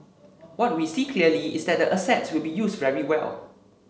what we see clearly is that the asset will be used very well